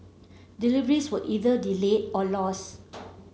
deliveries were either delayed or lost